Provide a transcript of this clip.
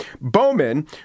Bowman